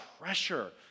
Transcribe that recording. pressure